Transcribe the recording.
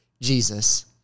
Jesus